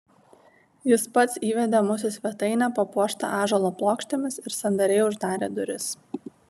jis pats įvedė mus į svetainę papuoštą ąžuolo plokštėmis ir sandariai uždarė duris